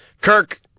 Kirk